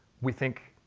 we think